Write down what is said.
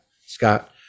scott